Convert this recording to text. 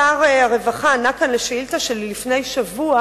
שר הרווחה ענה כאן על שאילתא שלי לפני שבוע